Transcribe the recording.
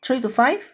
three to five